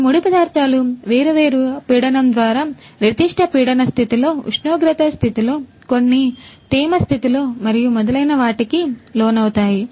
ఈ ముడి పదార్థాలు వేర్వేరు పీడనం ద్వారా నిర్దిష్ట పీడన స్థితిలో ఉష్ణోగ్రత స్థితిలో కొన్ని తేమ స్థితిలో మరియు మొదలైన వాటికి లోనవుతాయి